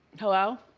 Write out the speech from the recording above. hello.